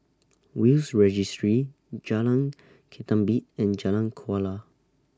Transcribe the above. Will's Registry Jalan Ketumbit and Jalan Kuala